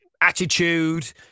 attitude